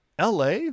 LA